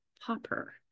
popper